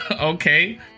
Okay